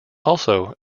also